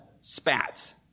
Spats